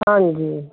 ਹਾਂਜੀ